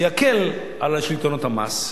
זה יקל על שלטונות המס,